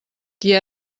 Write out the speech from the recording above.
qui